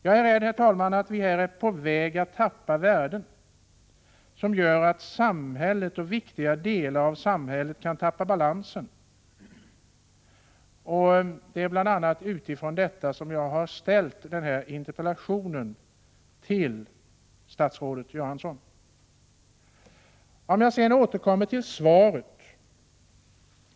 Jag är rädd, herr talman, att vi är på väg att tappa värden som gör att viktiga delar av samhället kan förlora balansen. Det är bl.a. med tanke på detta som jag framställt denna interpellation till statsrådet Göransson. Sedan återgår jag till svaret.